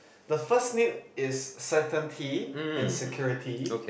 the first need is certainty and security